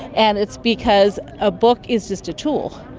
and it's because a book is just a tool,